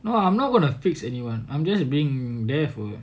no I'm not gonna fix anyone I'm just being there for you